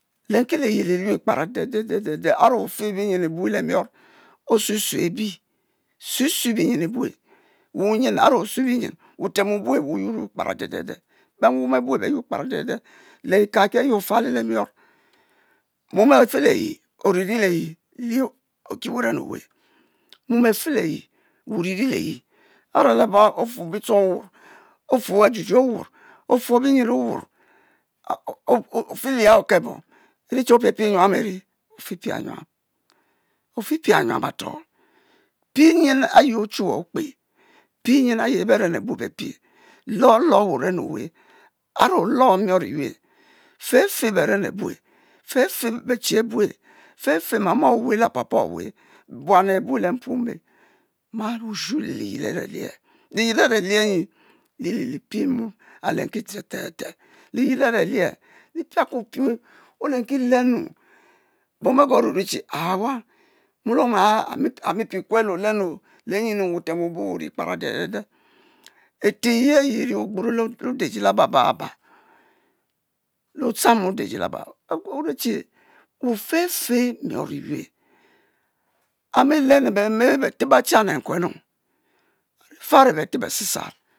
Lenki liyel elue kpara de’ de’ de, a’re o’fe binyen ebue le mion osue sue ebi, tusue tsue binyen ebue, we wuyen a’re osue binyin wutem obuu wu yuure kpara de de de be nwom abue be yuon kpara de de de, le elsa la i ayi ofale le mion mome afe le yi, lie oki wuren o’we, mom a’fe le yi we oriri leyi, a’re lea ofu bitchong owuon, ofuu ajujue owuir ofu binyin olouor ofi lia oke bom, eri che ofie pu nyuam en? Ofi pia nyuam, ofi pia nyuam at-au, pie nyen ayi ochuwue okpa, pie nyen ayi beren abue be pie, lo-lo wuren o’we a’re olo mion eyue, fefe beren abue, fefe be chi abue, fe fe mama o’we le pa’pa o’we buan abue le mpuo-ome, nma li washu le le liyel a’re lie, liyel a’re lie nyi li li pie mom alen ki te te te, liyel a’re lie, li piako-pie olenki leuu, bom be quo uue che anwang mu lom aaa ami pie kue le oleuu, le nyeuu? Wutem obue wuri kpara de de de, e’te ye ayi eri ogburo le odujie labababa, le otchan odujie laba, ozue chi we offe mion eyue, amilenu be-me beteb-bechang le nkuleuu avifavo beteb besisen.